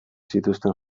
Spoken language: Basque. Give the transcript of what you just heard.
zituzten